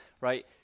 right